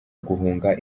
guhunga